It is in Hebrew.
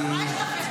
מה יש לכם?